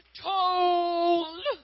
told